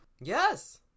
yes